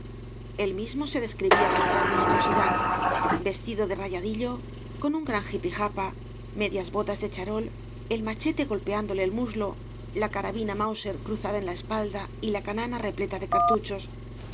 el mismo se describía con gran minuciosidad vestido de rayadillo con un gran jipijapa medias botas de charol el machete golpeándole el muslo la carabina mauser cruzada en la espalda y la canana repleta de cartuchos no